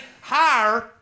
higher